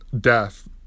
death